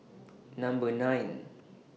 Number nine